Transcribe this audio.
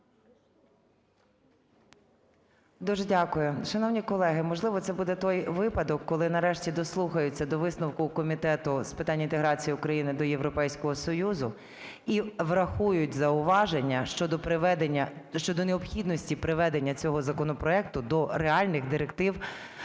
Дуже дякую. Шановні колеги, можливо, це буде той випадок, коли нарешті дослухаються до висновку Комітету з питань інтеграції України до Європейського Союзу і врахують зауваження щодо приведення… щодо необхідності приведення цього законопроекту до реальних директив